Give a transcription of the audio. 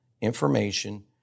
information